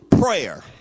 prayer